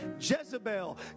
Jezebel